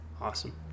Awesome